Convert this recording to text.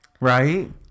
right